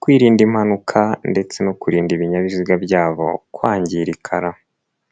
kwirinda impanuka ndetse no kurinda ibinyabiziga byabo kwangirika.